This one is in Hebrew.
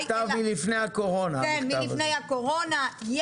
מלפני הקורונה,